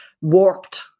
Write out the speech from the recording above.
warped